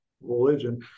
religion